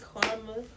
karma